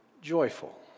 joyful